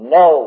no